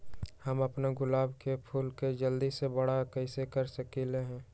हम अपना गुलाब के फूल के जल्दी से बारा कईसे कर सकिंले?